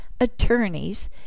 attorneys